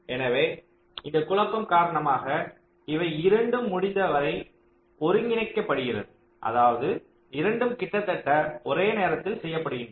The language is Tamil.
எனவே இந்த குழப்பம் காரணமாக இவை இரண்டும் முடிந்தவரை ஒருங்கிணைக்கப்படுகிறது அதாவது இரண்டும் கிட்டத்தட்ட ஒரே நேரத்தில் செய்யப்படுகின்றன